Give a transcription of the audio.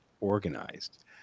organized